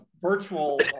virtual